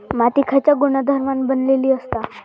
माती खयच्या गुणधर्मान बनलेली असता?